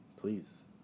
please